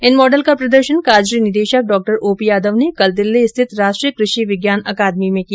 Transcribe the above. इन model का प्रदर्शन काजरी निदेशक डॉ ओपी यादव ने कल दिल्ली स्थित राष्ट्रीय कृषि विज्ञान अकादमी में किया